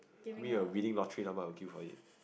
give me a winning lottery number I will queue for it